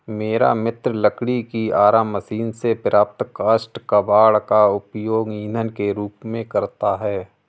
मेरा मित्र लकड़ी की आरा मशीन से प्राप्त काष्ठ कबाड़ का उपयोग ईंधन के रूप में करता है